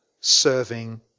serving